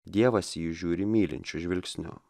dievas į jus žiūri mylinčiu žvilgsniu